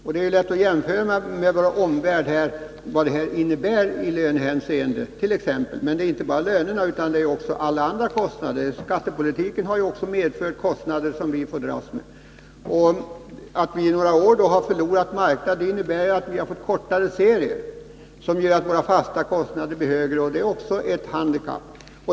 Det är lätt att jämföra med vår omvärld vad det här innebär t.ex. i lönehänseende. Men det gäller inte bara lönerna utan även andra kostnader. Skattepolitiken har också medfört kostnader som vi får dras med. Under några år har vi förlorat marknad, och det innebär att vi har fått kortare serier — därmed blir våra fasta kostnader högre. Det är också ett handikapp.